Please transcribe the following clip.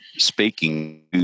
Speaking